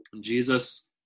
Jesus